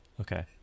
Okay